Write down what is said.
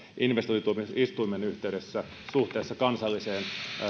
investointituomioistuimen yhteydessä suhteessa kansalliseen